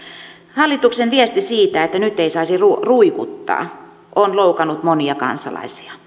hallituksen viesti siitä että nyt ei saisi ruikuttaa on loukannut monia kansalaisia